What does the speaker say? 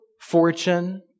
fortune